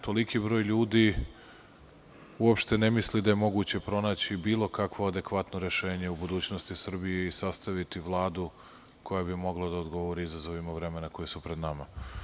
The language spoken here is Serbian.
Toliki broj ljudi uopšte ne misli da je moguće pronaći bilo kakvo adekvatno rešenje u budućnosti u Srbiji i sastaviti Vladu koja bi mogla da odgovori izazovima vremena koja su pred nama.